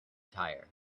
tire